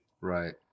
right